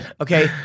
okay